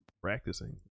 practicing